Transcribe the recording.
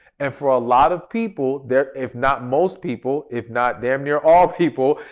and for a lot of people their. if not most people, if not damn near all people,